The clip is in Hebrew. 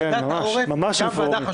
ועדת העורף גם ועדה חשובה.